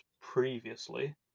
previously